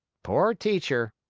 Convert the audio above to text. poor teacher!